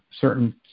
certain